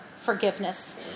forgiveness